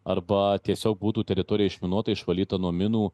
arba tiesiog būtų teritorija išminuota išvalyta nuo minų